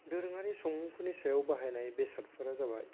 दोरोङारि संमुंफोरनि सायाव बाहायनाय बेसादफोरा जाबाय